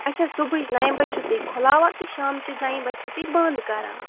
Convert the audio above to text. اچھا صُبحٕچ نَیہِ بَجہِ چھُو تُہۍ کھُلاوان تہٕ شامچہِ نَیہِ بَجہِ چھُو تُہۍ بنٛد کَران